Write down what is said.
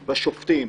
בשופטים,